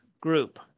group